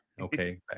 okay